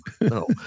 No